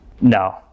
No